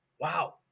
wow